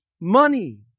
money